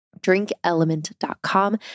drinkelement.com